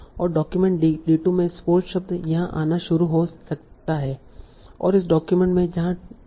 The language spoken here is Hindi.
और डॉक्यूमेंट d2 में स्पोर्ट्स शब्द यहाँ आना शुरू हो सकता है और इस डॉक्यूमेंट में यहाँ टॉपिक्स के बीच कोई संबंध नहीं है